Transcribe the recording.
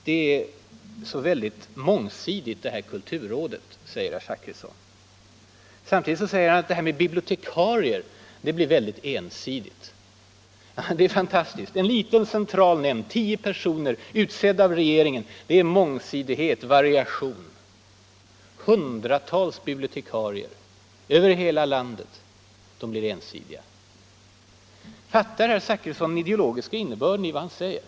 Kulturrådet är så mångsidigt, sade herr Zachrisson. Samtidigt sade han att systemet med bibliotekarierna blev väldigt ensidigt. Det är fantastiskt. En liten central nämnd på ungefär tio personer, utsedda av regeringen, är variation och mångsidighet, medan hundratals bibliotekarier över hela landet blir ensidiga. Fattar herr Zachrisson den ideologiska innebörden av vad han säger?